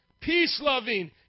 peace-loving